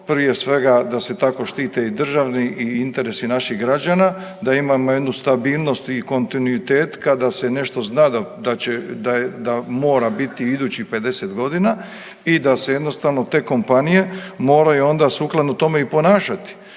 prije svega da se tako štite i državni i interesi naših građana da imamo jednu stabilnost i kontinuitet kada se nešto zna da mora biti idućih 50 godina i da se jednostavno te kompanije moraju onda sukladno tome i ponašati.